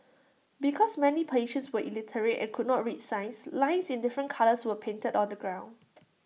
because many patients were illiterate and could not read signs lines in different colours were painted on the ground